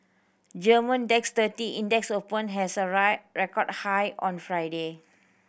Germany DAX thirty Index opened has a record high on Friday